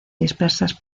dispersas